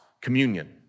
communion